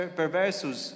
perversos